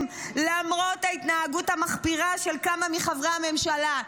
למרות ההתנהגות המחפירה של כמה מחברי הממשלה.